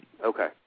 Okay